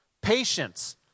Patience